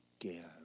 again